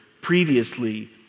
previously